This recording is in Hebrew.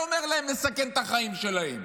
אני לא אומר להם לסכן את החיים שלהם,